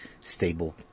stable